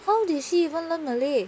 how did she even learn malay